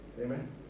Amen